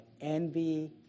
envy